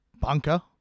bunker